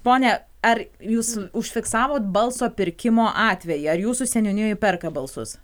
pone ar jūs užfiksavot balso pirkimo atvejį ar jūsų seniūnijoj perka balsus